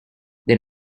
then